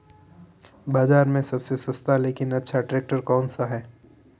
बाज़ार में सबसे सस्ता लेकिन अच्छा ट्रैक्टर कौनसा है?